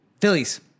Phillies